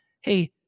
Hey